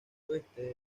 oeste